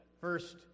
first